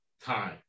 time